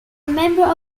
member